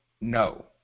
no